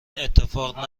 اتفاق